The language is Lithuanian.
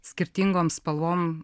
skirtingom spalvom